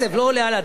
זה לא עולה על הדעת.